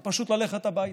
זה פשוט ללכת הביתה,